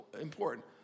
important